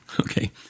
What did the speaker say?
Okay